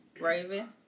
Raven